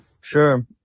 Sure